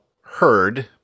heard